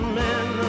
men